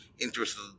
interested